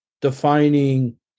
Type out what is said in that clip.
defining